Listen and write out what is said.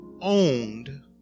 owned